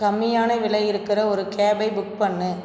கம்மியான விலை இருக்கிற ஒரு கேபை புக் பண்ணு